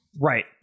Right